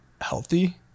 healthy